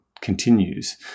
continues